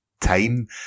time